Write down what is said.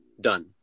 done